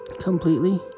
Completely